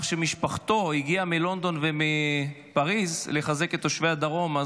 שמשפחתו הגיעה מלונדון ומפריז לחזק את תושבי הדרום.